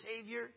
Savior